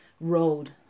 road